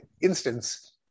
instance